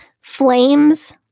flames